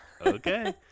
Okay